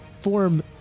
form